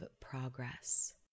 progress